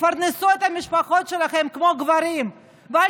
תפרנסו את המשפחות שלכם כמו גברים ואל